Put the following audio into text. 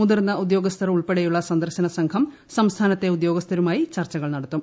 മുതിർന്ന ഉദ്യോഗസ്ഥർ ഉൾപ്പെടെയുള്ള സന്ദർശന സംഘം സംസ്ഥാനത്തെ ഉദ്യോഗസ്ഥരുമായി ചർച്ചകൾ നടത്തും